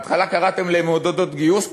בהתחלה קראתם להן "מעודדות גיוס",